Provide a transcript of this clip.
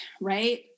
right